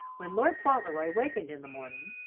when lord fauntleroy wakened in the morning,